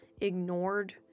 ignored